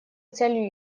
целью